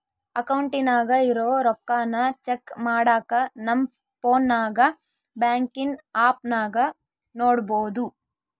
ಅಕೌಂಟಿನಾಗ ಇರೋ ರೊಕ್ಕಾನ ಚೆಕ್ ಮಾಡಾಕ ನಮ್ ಪೋನ್ನಾಗ ಬ್ಯಾಂಕಿನ್ ಆಪ್ನಾಗ ನೋಡ್ಬೋದು